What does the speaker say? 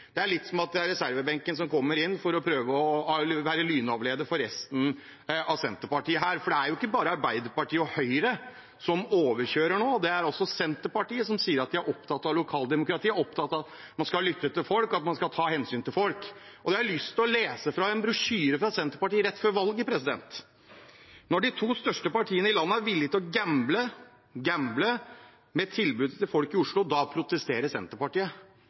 prøve å være lynavleder for resten av Senterpartiet. For det er jo ikke bare Arbeiderpartiet og Høyre som overkjører nå. Det er også Senterpartiet, som sier at de er opptatt av lokaldemokratiet, opptatt av at man skal lytte til folk, at man skal ta hensyn til folk. Da har jeg lyst til å lese fra en brosjyre fra Senterpartiet rett før valget: «Når de to største partiene i landet er villige til å gamble med sykehustilbudet til folk i Oslo, da protesterer Senterpartiet.»